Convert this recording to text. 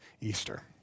Easter